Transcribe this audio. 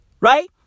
Right